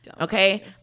okay